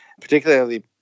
particularly